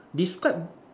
describe